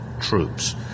troops